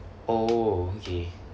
oh okay